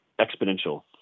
exponential